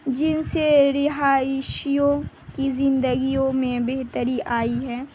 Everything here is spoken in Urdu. جن سے رہائشیوں کی زندگیوں میں بہتری آئی ہے